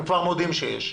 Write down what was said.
הם כבר מודים שיש.